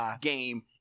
game